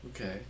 Okay